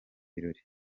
birori